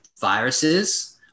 viruses